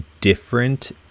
different